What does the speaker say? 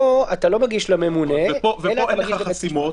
פה אתה לא מגיש לממונה אלא לבית משפט.